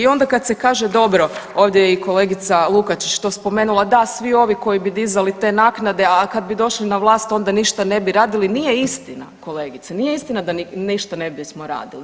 I onda kad se kaže dobro, ovdje je i kolegica Lukačić to spomenula, da svi ovi koji bi dizali te naknade, a kad bi došli na vlast onda ništa ne bi radili, nije istina kolegice, nije istina da ne ništa ne bismo radili.